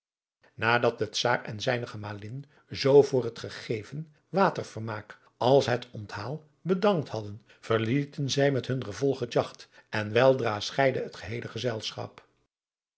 nadat de czaar en zijne gemalin zoo voor het gegeven watervermaak als het onthaal bedankt hadden verlieten zij met hun gevolg het jagt en weldra scheidde het geheele gezelschap